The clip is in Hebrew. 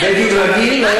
מי גייר אותה?